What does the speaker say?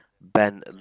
Ben